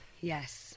yes